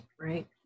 right